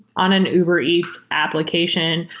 on an uber eats application,